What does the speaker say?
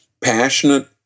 passionate